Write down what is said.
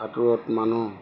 সাঁতোৰত মানুহ